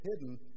hidden